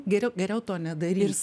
geriau geriau to nedaryt